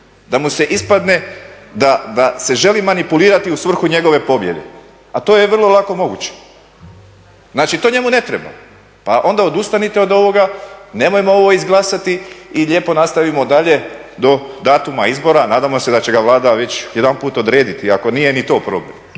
Da ispadne da se želi manipulirati u svrhu njegove pobjede. A to je vrlo lako moguće. Znači, to njemu ne treba. Pa onda odustanite od ovoga, nemojmo ovo izglasati i lijepo nastavimo dalje do datuma izbora, a nadamo se da će ga Vlada već jedanput odrediti, ako nije i to problem.